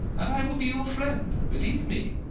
and i will be your friend. believe me.